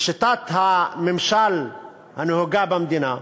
בשיטת הממשל הנהוגה במדינה,